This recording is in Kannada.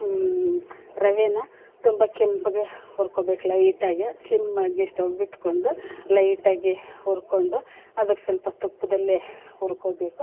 ರವೆನಾ ತುಂಬ ಕೆಂಪಗೆ ಹುರ್ಕೋಬೇಕು ಲೈಟಾಗೆ ಸ್ಲಿಮ್ಮಾಗಿ ಸ್ಟವ್ ಇಟ್ಕೊಂಡು ಲೈಟಾಗಿ ಹುರ್ಕೊಂಡು ಅದಕ್ಕೆ ಸ್ವಲ್ಪ ತುಪ್ಪದಲ್ಲೇ ಹುರ್ಕೋಳ್ಬೇಕು